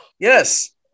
Yes